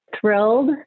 thrilled